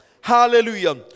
hallelujah